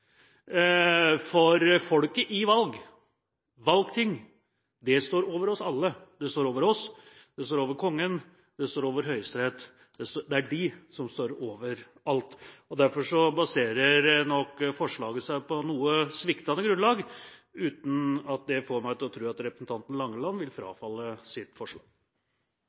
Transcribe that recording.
for folket i valg – valgting – står over oss alle. Det står over oss, det står over Kongen og det står over Høyesterett. Det er dem som står over alt, og derfor baserer nok forslaget seg på et noe sviktende grunnlag, uten at det får meg til å tro at representanten Langeland vil frafalle sitt forslag.